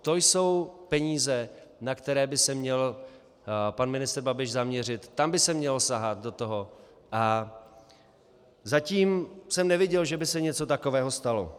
To jsou peníze, na které by se měl pan ministr Babiš zaměřit, do toho by se mělo sahat a zatím jsem neviděl, že by se něco takového stalo.